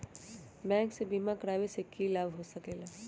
Bank से बिमा करावे से की लाभ होई सकेला?